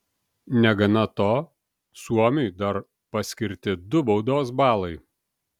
negana to suomiui dar paskirti du baudos balai